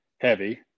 heavy